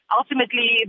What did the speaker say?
ultimately